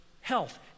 health